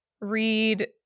read